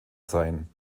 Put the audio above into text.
seien